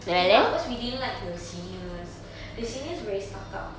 team ah because we didn't like the seniors the seniors very stuck up